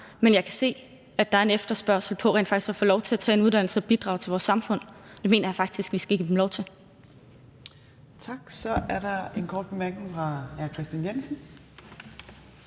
Men jeg kan se, at der er en efterspørgsel efter rent faktisk at få lov til at tage en uddannelse og bidrage til vores samfund. Det mener jeg faktisk at vi skal give dem lov til. Kl. 18:39 Fjerde næstformand (Trine